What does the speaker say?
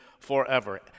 forever